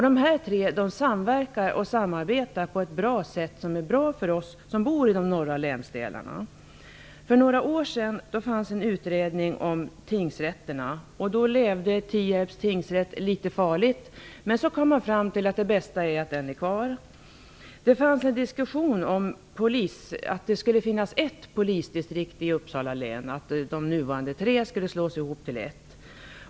Dessa tre myndigheter samarbetar på ett sätt som är bra för oss som bor i de norra länsdelarna. För några år sedan gjordes en utredning om tingsrätterna. Då levde Tierps tingsrätt litet farligt, men sedan kom man fram till att det var bäst att den får vara kvar. Det fördes en diskussion om att det skulle finnas ett polisdistrikt i Uppsala län och att de nuvarande tre distrikten skulle slås ihop till ett.